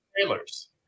trailers